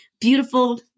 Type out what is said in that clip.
beautiful